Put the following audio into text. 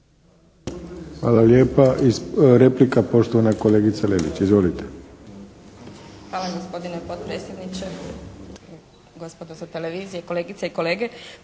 Hvala lijepa. Replika poštovana kolegica Lelić. Izvolite. **Lelić, Ruža (HDZ)** Hvala gospodine potpredsjedniče. Gospodo sa televizije, kolegice i kolege!